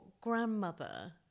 grandmother